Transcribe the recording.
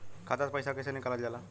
खाता से पैसा कइसे निकालल जाला?